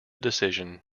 decision